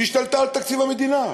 השתלטה על תקציב המדינה.